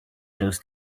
those